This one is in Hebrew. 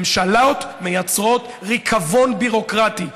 ממשלות מייצרות ריקבון ביורוקרטי,